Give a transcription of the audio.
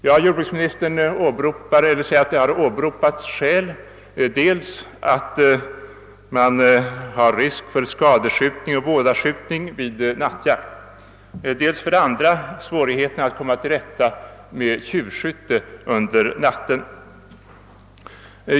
Ja, jordbruksministern säger att som skäl åberopats dels de risker för skadskjutning och vådaskjutning som är förenade med nattjakt, dels behovet av bättre möjligheter att komma till rätta med det nattliga tjuvskyttet.